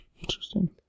Interesting